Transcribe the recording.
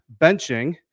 benching